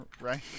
right